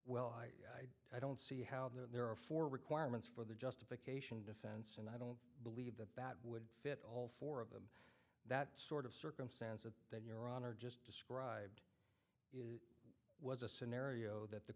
well i don't see how there are four requirements for the justification defense and i don't believe that that would fit all four of them that sort of circumstances that your honor just described was a scenario that the